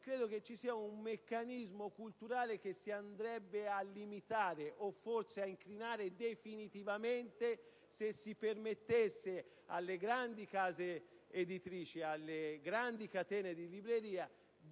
librerie. Vi è un meccanismo culturale che si andrebbe a limitare, o forse ad incrinare definitivamente, se si permettesse alle grandi case editrici e alle grandi catene di librerie